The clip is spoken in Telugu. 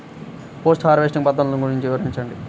పోస్ట్ హార్వెస్టింగ్ పద్ధతులు గురించి వివరించండి?